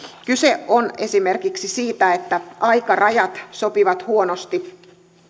kyse on esimerkiksi siitä että aikarajat sopivat huonosti